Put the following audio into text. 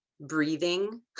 breathing